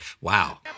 wow